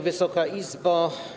Wysoka Izbo!